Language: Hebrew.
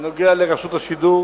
הנוגע לרשות השידור